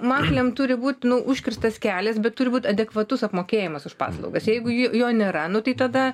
marlėm turi būt nu užkirstas kelias bet turi būt adekvatus apmokėjimas už paslaugas jeigu ji jo nėra nu tai tada